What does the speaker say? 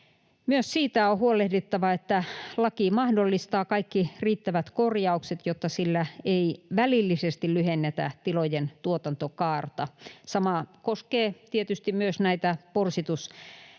Myös siitä on huolehdittava, että laki mahdollistaa kaikki riittävät korjaukset, jotta sillä ei välillisesti lyhennetä tilojen tuotantokaarta. Sama koskee tietysti myös näiden porsitushäkkien